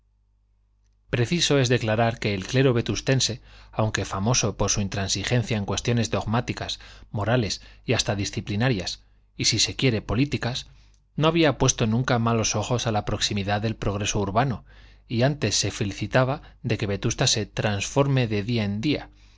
preciso es declarar que el clero vetustense aunque famoso por su intransigencia en cuestiones dogmáticas morales y hasta disciplinarias y si se quiere políticas no había puesto nunca malos ojos a la proximidad del progreso urbano y antes se felicitaba de que vetusta se transformase de día en día